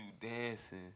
dancing